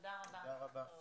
תודה רבה, הדיון נעול.